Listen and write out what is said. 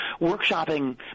workshopping